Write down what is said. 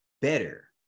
better